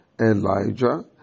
Elijah